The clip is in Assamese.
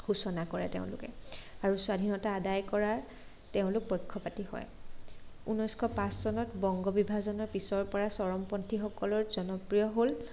সূচনা কৰে তেওঁলোকে আৰু স্বাধীনতা আদায় কৰাৰ তেওঁলোক পক্ষপাতি হয় ঊনৈছশ পাঁচ চনত বংগ বিভাজনৰ পিছৰ পৰাই চৰমপন্থীসকলৰ জনপ্ৰিয় হ'ল